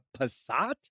Passat